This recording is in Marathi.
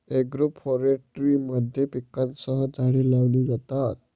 एग्रोफोरेस्ट्री मध्ये पिकांसह झाडे लावली जातात